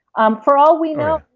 um for all we know,